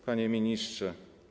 Panie Ministrze!